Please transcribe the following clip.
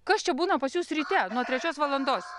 kas čia būna pas jus ryte nuo trečios valandos